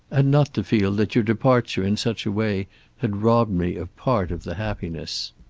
and not to feel that your departure in such a way had robbed me of part of the happiness.